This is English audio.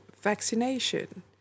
vaccination